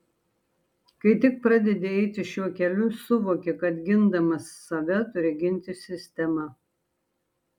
kai tik pradedi eiti šiuo keliu suvoki kad gindamas save turi ginti sistemą